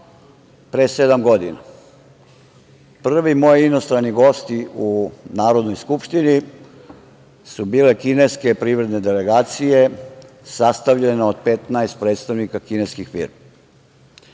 pre sedam godina. Prvi moji inostrani gosti u Narodnoj skupštini su bile kineske privredne delegacije, sastavljene od 15 predstavnika kineskih firmi.